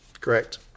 Correct